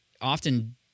often